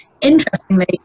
Interestingly